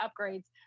upgrades